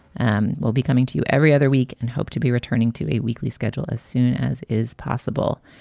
and we'll be coming to you every other week and hope to be returning to a weekly schedule as soon as is possible.